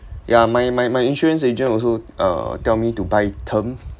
ya my my my insurance agent also uh tell me to buy term